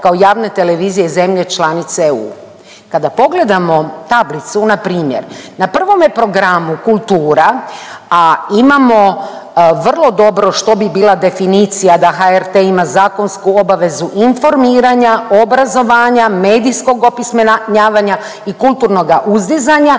kao javne televizije zemlje članice EU. Kada pogledamo tablicu npr. na prvom je programu kultura, a imamo vrlo dobro što bi bila definicija da HRT ima zakonsku obavezu informiranja, obrazovanja, medijskog opismenjavanja i kulturnoga uzdizanja,